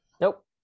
Nope